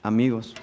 Amigos